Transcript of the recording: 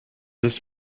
this